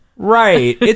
Right